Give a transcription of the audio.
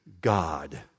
God